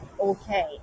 okay